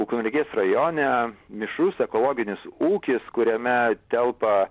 ukmergės rajone mišrus ekologinis ūkis kuriame telpa